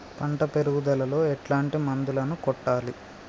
పంట పెరుగుదలలో ఎట్లాంటి మందులను కొట్టాలి?